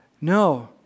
No